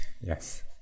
Yes